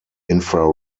infra